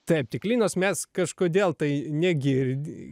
taip tik linos mes kažkodėl tai negirdi